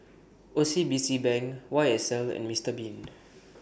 O C B C Bank Y S L and Mister Bean